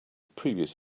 previous